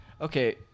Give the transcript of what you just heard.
Okay